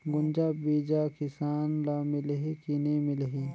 गुनजा बिजा किसान ल मिलही की नी मिलही?